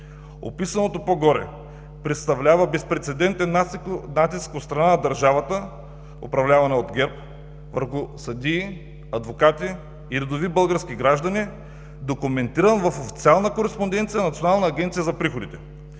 Описаното по-горе представлява безпрецедентен натиск от страна на държавата управлявана от ГЕРБ, върху съдии, адвокати и редови български граждани, документирано в официална кореспонденция на Националната агенция за приходите.